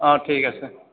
অঁ ঠিক আছে